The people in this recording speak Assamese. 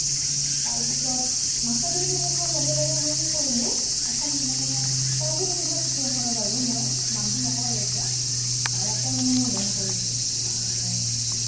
তাৰপিছত মাষ্টাৰ ডিগ্ৰীটো শেষ হোৱাৰ লগে লগে মই কি কৰিলোঁ এখন মানে প্ৰাইভেট ইউনিভাৰ্চিটি এখনত আৰু মই নামটো নকওঁ আৰু এতিয়া তাতে মানে মই জইন কৰিলোঁ মানে